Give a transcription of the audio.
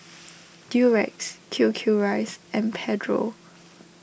Durex Q Q Rice and Pedro